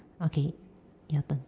okay your turn